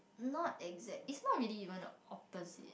not exact it's not really even the opposite